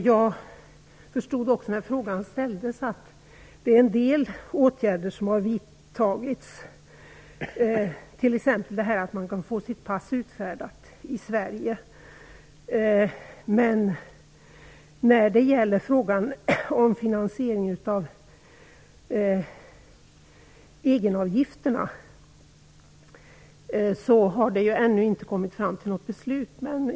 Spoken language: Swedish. Jag förstod också när frågan ställdes att en del åtgärder har vidtagits, t.ex. att man kan få sitt pass utfärdat i Sverige. Men när det gäller frågan om finansieringen av egenavgifterna har det ännu inte fattats något beslut.